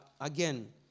again